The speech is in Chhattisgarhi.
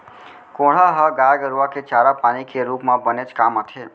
कोंढ़ा ह गाय गरूआ के चारा पानी के रूप म बनेच काम आथे